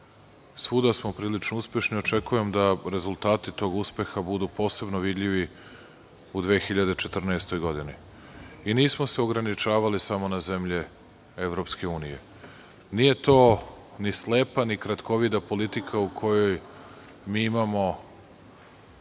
Svuda smo prilično uspešni. Očekujem da rezultati tog uspeha budu posebno vidljivi u 2014. godini. Nismo se ograničavali samo na zemlje EU. Nije to ni slepa, ni kratkovida politika u kojoj imamo